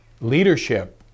leadership